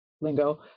lingo